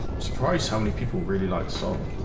surprised how many people really like song?